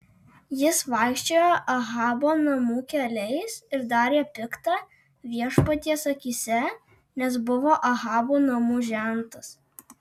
jis vaikščiojo ahabo namų keliais ir darė pikta viešpaties akyse nes buvo ahabo namų žentas